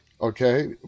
okay